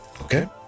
okay